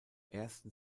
ersten